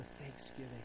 thanksgiving